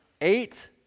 eight